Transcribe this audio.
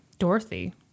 Dorothy